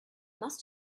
must